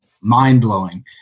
mind-blowing